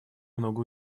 много